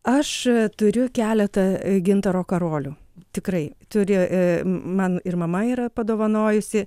aš turiu keletą gintaro karolių tikrai turiu man ir mama yra padovanojusi